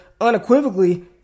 unequivocally